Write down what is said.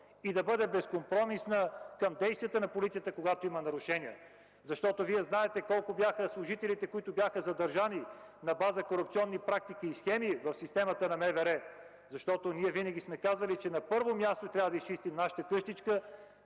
и да бъде безкомпромисна към действията на полицията, когато има нарушения. Вие знаете колко бяха служителите, задържани на база корупционни практики и схеми в системата на МВР. Ние винаги сме казвали, че първо трябва да изчистим нашата къщичка,